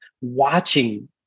watching